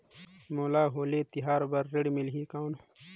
मोला होली तिहार बार ऋण मिलही कौन?